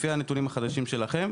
לפי הנתונים החדשים שלכם.